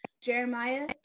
Jeremiah